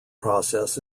process